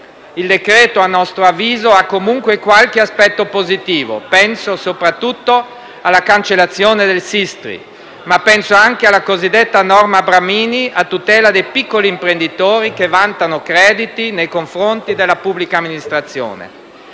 Il decreto-legge a nostro avviso ha comunque qualche aspetto positivo. Penso soprattutto alla cancellazione del Sistri, ma penso anche alla cosiddetta norma Bramini a tutela dei piccoli imprenditori che vantano crediti nei confronti della pubblica amministrazione.